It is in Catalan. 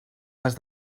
les